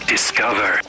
Discover